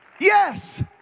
Yes